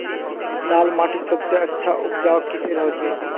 लाल माटित सबसे अच्छा उपजाऊ किसेर होचए?